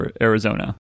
Arizona